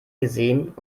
gesehen